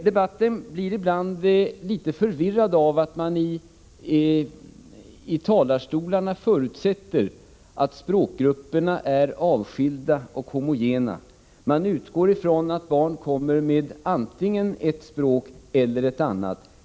Debatten blir ibland litet förvirrad av att mani talarstolarna förutsätter att språkgrupperna är avskilda och homogena. Man utgår från att barn kommer från en familj där det talas ett språk.